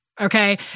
okay